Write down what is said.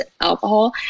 alcohol